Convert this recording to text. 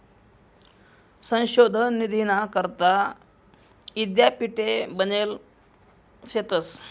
संशोधन निधीना करता यीद्यापीठे बनेल शेतंस